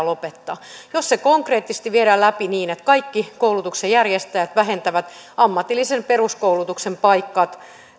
lopettaa jos se konkreettisesti viedään läpi niin että kaikki koulutuksen järjestäjät vähentävät ammatillisen peruskoulutuksen paikkoja